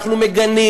אנחנו מגנים.